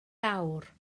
awr